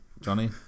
Johnny